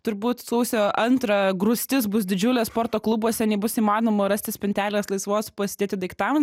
turbūt sausio antrą grūstis bus didžiulė sporto klubuose nebus įmanoma rasti spintelės laisvos pasidėti daiktam